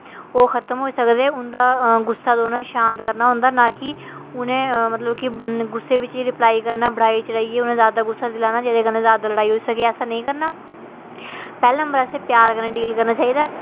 ओह् खत्म होई सकदे उं'दा गुस्सा शांत करना होंदा ना कि उ'नें मतलब गुस्से बिच ई रिप्लाई करना बढ़ाई चढ़ाइयै उ'नेंगी जैदा गुस्सा दिलाना जेह्दे कन्नै जैदा लड़ाई होई सकै ऐसा नेईं करना पैह्ले नंबर असें प्यार कन्नै डील करना चाहिदा